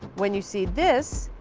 when you see this,